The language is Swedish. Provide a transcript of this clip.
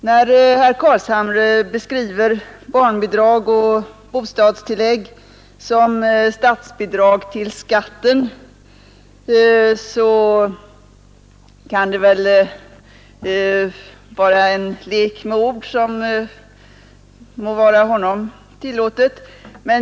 När herr Carlshamre beskriver barnbidrag och bostadstillägg som statsbidrag till skatten kan det väl vara en lek med ord som må vara honom tillåten.